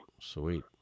Sweet